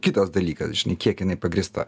kitas dalykas žinai kiek jinai pagrįsta